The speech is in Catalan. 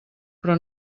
però